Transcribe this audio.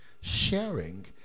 Sharing